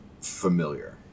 familiar